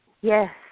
Yes